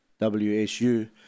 WSU